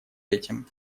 этим